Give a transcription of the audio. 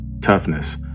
toughness